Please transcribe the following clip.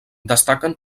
destaquen